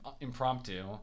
impromptu